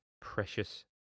precious